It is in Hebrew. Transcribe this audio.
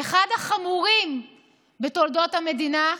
אחד החמורים בתולדות המדינה,